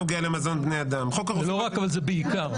אבל בעיקר.